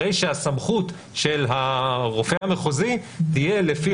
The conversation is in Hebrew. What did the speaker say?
הרי שהסמכות של הרופא המחוזי תהיה לפי